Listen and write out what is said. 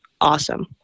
awesome